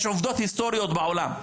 יש עובדות היסטוריות בעולם.